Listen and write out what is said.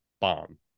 Bomb